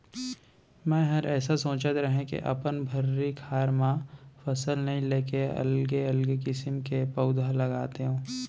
मैंहर एसो सोंचत रहें के अपन भर्री खार म फसल नइ लेके अलगे अलगे किसम के पउधा लगातेंव